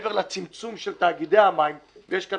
מעבר לצמצום של תאגידי המים יש כאן